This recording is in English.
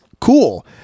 cool